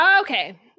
okay